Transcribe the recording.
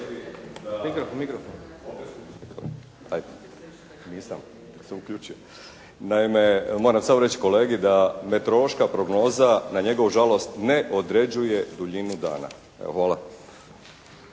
Naime moram samo reći kolegi da meteorološka prognoza na njegovu žalost ne određuje duljinu dana. Evo hvala.